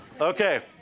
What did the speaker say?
Okay